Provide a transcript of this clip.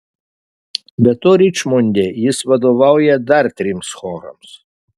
be to ričmonde jis vadovauja dar trims chorams